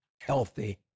healthy